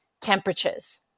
temperatures